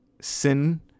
sin